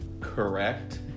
correct